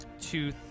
two